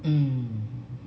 mm